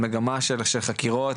על מגמה של חקירות,